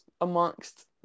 amongst